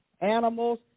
animals